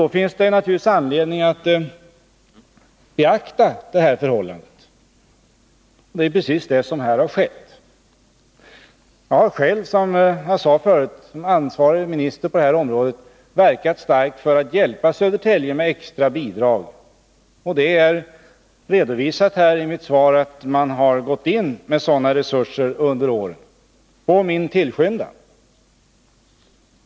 Då finns det självfallet anledning att beakta det förhållandet, och det är precis vad som skett här. Jag har själv, som jag sade förut, som ansvarig minister på det här området verkat starkt för att hjälpa Södertälje med extra bidrag. Det är också redovisat i svaret att vi under åren gått in med sådana resurser, på min tillskyndan.